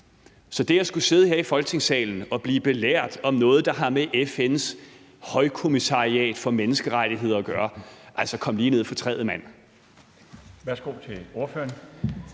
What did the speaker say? til at skulle sidde her i Folketingssalen og blive belært om noget, der har med FN's Højkommissariat for Menneskerettigheder at gøre, vil jeg bare sige: Altså, kom lige ned fra træet, mand!